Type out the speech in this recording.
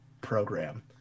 program